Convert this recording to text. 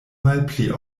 malpli